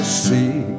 see